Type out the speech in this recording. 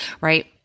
Right